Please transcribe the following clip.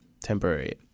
temporary